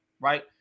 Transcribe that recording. right